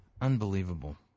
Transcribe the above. unbelievable